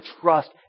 trust